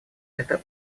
это